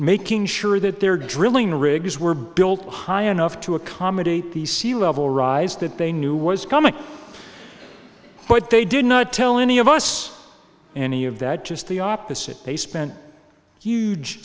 making sure that their drilling rigs were built high enough to accommodate the sea level rise that they knew was coming but they did not tell any of us any of that just the opposite they spent huge